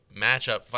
matchup